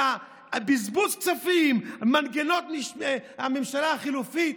על בזבוז כספים, מנגנון הממשלה החלופי.